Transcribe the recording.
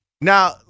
Now